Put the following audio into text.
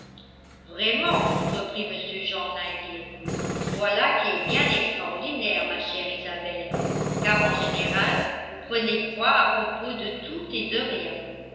vraiment reprit m jean knightley voilà qui est bien extraordinaire ma chère isabelle car en général vous prenez froid à propos de tout et de rien